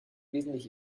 wesentlich